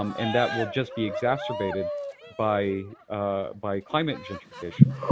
um and that will just be exacerbated by by climate gentrification.